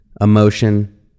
emotion